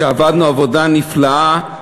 שעבדנו עבודה נפלאה,